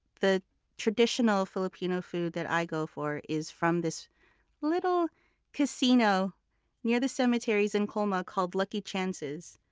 the traditional filipino food that i go for is from this little casino near the cemeteries in colma called lucky chances.